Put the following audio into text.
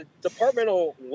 departmental